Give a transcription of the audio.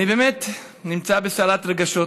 אני באמת בסערת רגשות